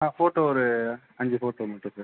ஆ photo ஒரு அஞ்சு photo மட்டும் சார்